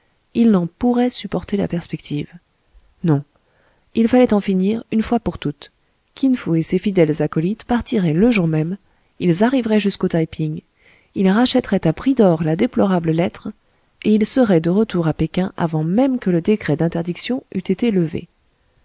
il n'en pourrait supporter la perspective non il fallait en finir une fois pour toutes kin fo et ses fidèles acolytes partiraient le jour même ils arriveraient jusqu'au taï ping ils rachèteraient à prix d'or la déplorable lettre et ils seraient de retour à péking avant même que le décret d'interdiction eût été levé